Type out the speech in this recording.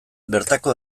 bertako